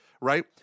Right